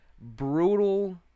brutal